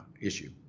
issue